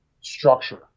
structure